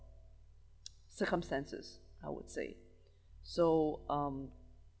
circumstances I would say so um